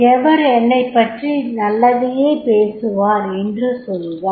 எவர் என்னைப் பற்றி நல்லதையே பேசுவார் என்று சொல்வார்